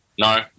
No